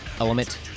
element